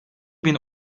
bin